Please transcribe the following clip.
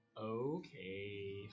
Okay